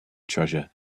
treasure